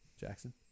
Jackson